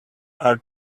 are